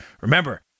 Remember